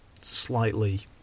slightly